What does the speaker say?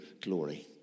glory